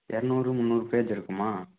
இரநூறு முந்நூறு பேஜ் இருக்குமா